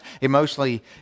emotionally